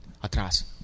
atrás